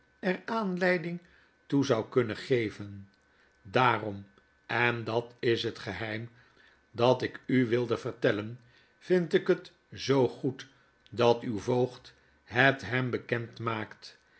er aanleiding toe zou kunnen geven daarom en dat is het geheim dat ik u wilde vertellen yind ik het zoo goed dat uw voogd het hem bekend maakt